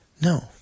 No